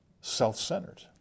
self-centered